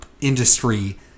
industry